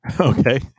Okay